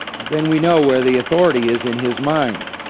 then we know where the authority is in his mind.